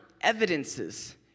evidences